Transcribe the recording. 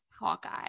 Hawkeye